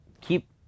Keep